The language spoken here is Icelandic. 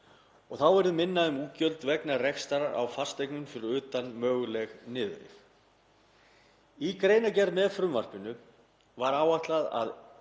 og þá verður minna um útgjöld vegna rekstrar á fasteignum fyrir utan mögulegt niðurrif. Í greinargerð með frumvarpinu var áætlað að